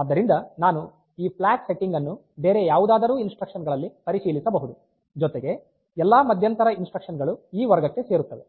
ಆದ್ದರಿಂದ ನಾನು ಈ ಫ್ಲಾಗ್ ಸೆಟ್ಟಿಂಗ್ ಅನ್ನು ಬೇರೆ ಯಾವುದಾದರೂ ಇನ್ಸ್ಟ್ರಕ್ಷನ್ ಗಳಲ್ಲಿ ಪರಿಶೀಲಿಸಬಹುದು ಜೊತೆಗೆ ಎಲ್ಲಾ ಮಧ್ಯಂತರ ಇನ್ಸ್ಟ್ರಕ್ಷನ್ ಗಳು ಈ ವರ್ಗಕ್ಕೆ ಸೇರುತ್ತವೆ